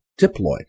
diploid